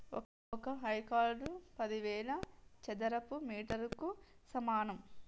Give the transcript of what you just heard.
ఒక హెక్టారు పదివేల చదరపు మీటర్లకు సమానం